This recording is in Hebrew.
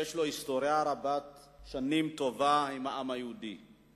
יש היסטוריה רבת-שנים וטובה עם העם היהודי.